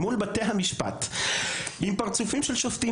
מול בתי המשפט עם פרצופים של שופטים